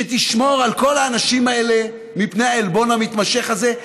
שתשמור על כל האנשים האלה מפני העלבון המתמשך הזה,